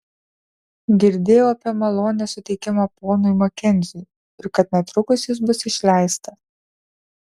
girdėjau apie malonės suteikimą ponui makenziui ir kad netrukus jis bus išleistas